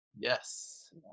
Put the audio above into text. Yes